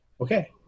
Okay